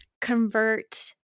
Convert